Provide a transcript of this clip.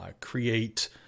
create